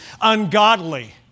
ungodly